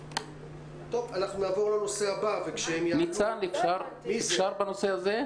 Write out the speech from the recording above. אפשר לדבר בנושא הזה?